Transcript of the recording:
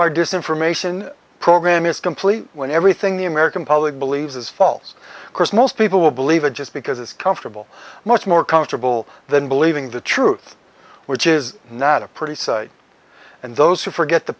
from ation program is complete when everything the american public believes is false course most people will believe it just because it's comfortable much more comfortable than believing the truth which is not a pretty sight and those who forget the